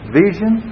vision